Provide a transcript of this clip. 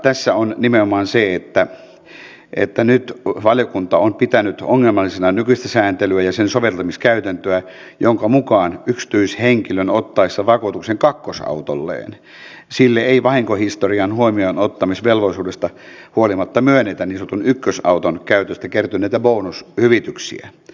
tässä on nimenomaan se että valiokunta on pitänyt ongelmallisena nykyistä sääntelyä ja sen soveltamiskäytäntöä jonka mukaan yksityishenkilön ottaessa vakuutuksen kakkosautolleen sille ei vahinkohistorian huomioonottamisvelvollisuudesta huolimatta myönnetä niin sanotun ykkösauton käytöstä kertyneitä bonushyvityksiä